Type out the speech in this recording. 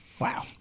wow